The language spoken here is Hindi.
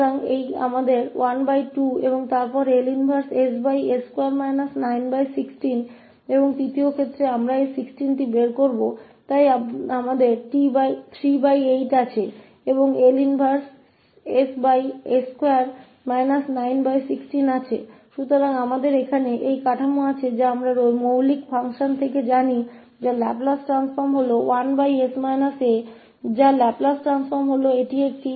तो हमारे पास है 12 और उसके बाद 𝐿 इनवर्स 1s2916 और तीसरे मामले में हम इस 16 को बहार ले जाएंगे तो हमारे पास है 38 और 𝐿 इनवर्स ss2916 तो अब हमारे पास वह संरचना है जिसे हम बुनियादी फंक्शनों से जानते हैं कि जिसका लाप्लास परिवर्तन 1s a है जिसका लाप्लास रूपांतर यह as2a2 और ss2a2 रूप है